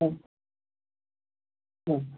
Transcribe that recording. ആ ആ